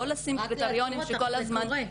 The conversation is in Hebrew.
ולא לשים קריטריונים שכל הזמן --- רק לעדכן אותך שזה קורה.